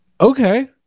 Okay